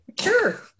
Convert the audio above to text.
Sure